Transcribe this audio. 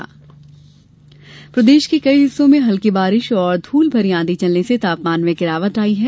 मौसम प्रदेश के कई हिस्सों में हल्की बारिश और धूल भरी आंधी चलने से तापमान में गिरावट आई है